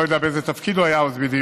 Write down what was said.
אני לא יודע באיזה תפקיד הוא היה אז בדיוק,